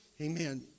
Amen